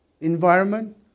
environment